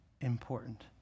important